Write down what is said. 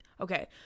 okay